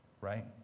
right